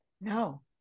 No